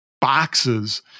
boxes